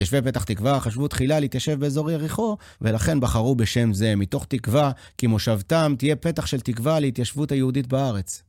יושבי פתח תקווה חשבו תחילה להתיישב באזור יריחו ולכן בחרו בשם זה, מתוך תקווה, כי מושבתם תהיה פתח של תקווה להתיישבות היהודית בארץ.